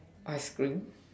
ice cream